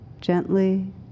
gently